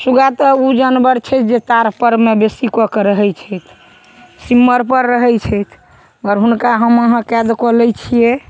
सुगा तऽ ओ जानबर छै जे ताड़ परमे बेसी कऽ कए रहै छै सिम्मर पर रहै छथि आओर हुनका हम आहाँ कैद कऽ लै छियै